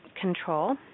control